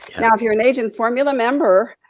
now, if you're an agent formula member,